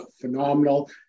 phenomenal